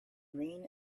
green